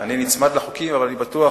אתה יכול לבקש,